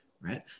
right